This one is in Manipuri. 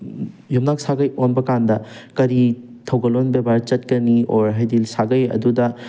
ꯌꯨꯝꯅꯥꯛ ꯁꯥꯒꯩ ꯑꯣꯟꯕ ꯀꯥꯟꯗ ꯀꯔꯤ ꯊꯧꯒꯂꯣꯟ ꯕꯦꯕꯥꯔ ꯆꯠꯀꯅꯤ ꯑꯣꯔ ꯍꯥꯏꯗꯤ ꯁꯥꯒꯩ ꯑꯗꯨꯗ